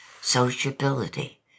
sociability